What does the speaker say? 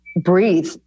Breathe